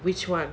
which [one]